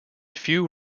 few